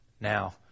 now